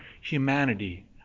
humanity